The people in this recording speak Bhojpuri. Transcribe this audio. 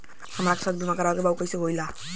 हमरा के स्वास्थ्य बीमा कराए के बा उ कईसे होला?